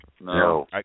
No